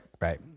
Right